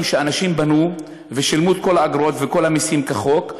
שאנשים בנו ושילמו עליהם את כל האגרות וכל המסים כחוק,